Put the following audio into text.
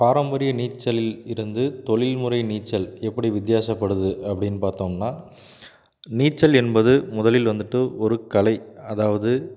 பாரம்பரிய நீச்சலில் இருந்து தொழில்முறை நீச்சல் எப்படி வித்தியாசப்படுது அப்படின்னு பார்த்தோம்னா நீச்சல் என்பது முதலில் வந்துவிட்டு ஒரு கலை அதாவது